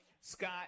Scott